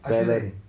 talent